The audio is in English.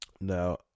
Now